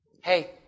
Hey